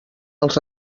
els